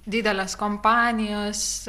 didelės kompanijos